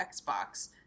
Xbox